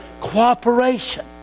Cooperation